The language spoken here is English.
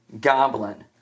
goblin